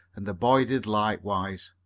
and the boy did likewise.